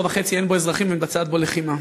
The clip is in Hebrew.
וחצי אין בו אזרחים ומתבצעת בו לחימה.